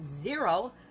zero